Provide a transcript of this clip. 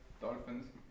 dolphins